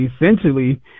essentially